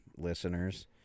Listeners